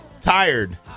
tired